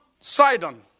Sidon